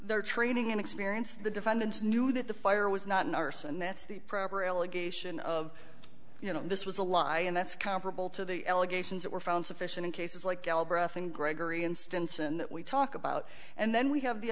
their training and experience the defendants knew that the fire was not an arson and that's the proper allegation of you know this was a lie and that's comparable to the elevations that were found sufficient in cases like galbreath and gregory instance and that we talk about and then we have the